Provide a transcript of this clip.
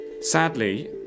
Sadly